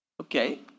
Okay